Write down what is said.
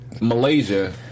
Malaysia